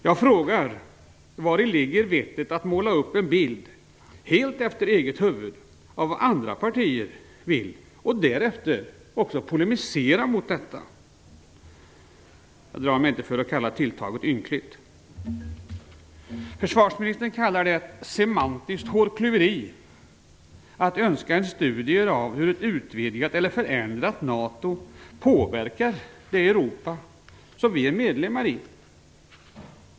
Jag frågar: Vari ligger vettet att måla upp en bild, helt efter eget huvud, av vad andra partier vill, och därefter polemisera mot detta? Jag drar mig inte för att kalla tilltaget ynkligt. Försvarsministern kallar det semantiskt hårklyveri att önska en studie av hur ett utvidgat eller förändrat NATO påverkar det Europa där vi är en av medlemmarna.